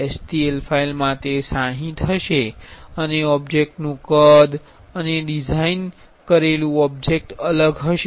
STL ફાઇલમાં તે 60 હશે અને ઓબ્જેક્ટનું કદ અને ડિઝાઇન કરેલું ઓબ્જેક્ટ અલગ હશે